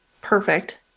Perfect